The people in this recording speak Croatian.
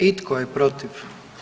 I tko je protiv?